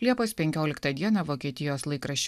liepos penkioliktą dieną vokietijos laikraščiui